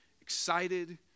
excited